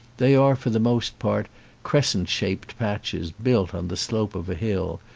they are for the most part crescent shaped patches built on the slope of a hill,